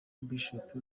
bishop